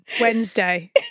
Wednesday